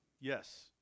Yes